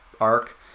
arc